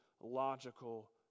logical